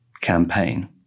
campaign